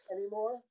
anymore